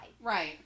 Right